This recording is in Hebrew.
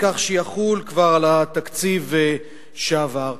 כך שיחול כבר על התקציב שעבר.